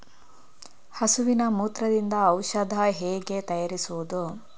ಹಸುವಿನ ಮೂತ್ರದಿಂದ ಔಷಧ ಹೇಗೆ ತಯಾರಿಸುವುದು?